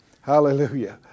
Hallelujah